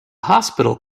hospital